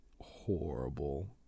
horrible